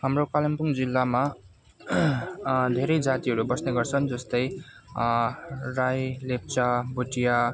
हाम्रो कालिम्पोङ जिल्लामा धेरै जातिहरू बस्ने गर्छ जस्तै राई लेप्चा भोटिया